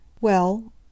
Well